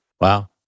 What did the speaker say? Wow